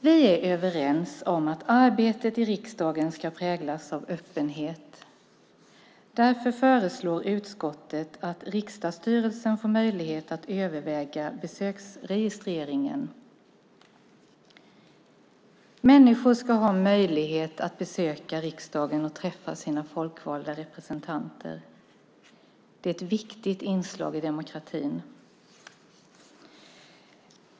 Vi är överens om att arbetet i riksdagen ska präglas av öppenhet. Därför föreslår utskottet att riksdagsstyrelsen får möjlighet att överväga besöksregistreringen. Människor ska ha möjlighet att besöka riksdagen och träffa sina folkvalda representanter. Det är ett viktigt inslag i demokratin.